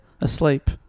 asleep